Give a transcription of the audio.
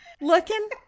looking